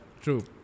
true